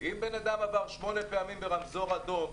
אם בן אדם עבר שמונה פעמים ברמזור אדום,